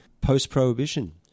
post-prohibition